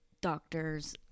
doctor's